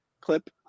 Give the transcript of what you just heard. clip